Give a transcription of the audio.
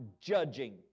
judging